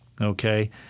Okay